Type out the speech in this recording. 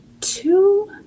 two